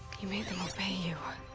you made them obey you.